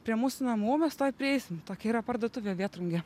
prie mūsų namų mes tuoj prieisim tokia yra parduotuvė vėtrungė